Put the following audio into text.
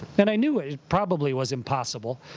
and i knew it probably was impossible,